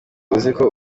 uziko